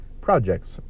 projects